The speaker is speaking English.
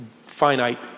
finite